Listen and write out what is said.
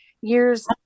years